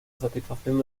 satisfacción